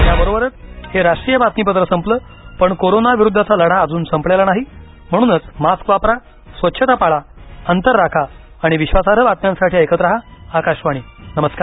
याबरोबरच हे राष्ट्रीय बातमीपत्र संपलं पण कोरोना विरुद्धचा लढा अजून संपलेला नाही म्हणूनच मास्क वापरा स्वच्छता पाळा अंतर राखा आणि विश्वासार्ह बातम्यांसाठी ऐकत रहा आकाशवाणी नमस्कार